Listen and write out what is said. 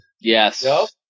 Yes